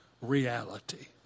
reality